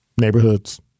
Neighborhoods